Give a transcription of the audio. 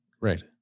Right